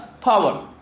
power